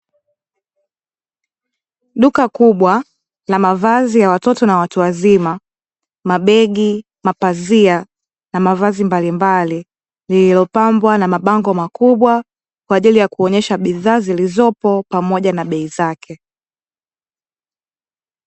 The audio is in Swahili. Duka kubwa la mavazi ya watoto na watu wazima, mabegi, mapazia na mavazi mbalimbali; lililopambwa na mabango makubwa kwa ajili ya kuonyesha bidhaa zilizopo pamoja na bei zake.